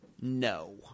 No